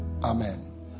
amen